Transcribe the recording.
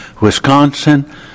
Wisconsin